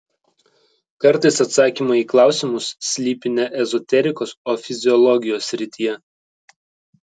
kartais atsakymai į klausimus slypi ne ezoterikos o fiziologijos srityje